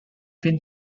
been